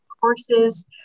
courses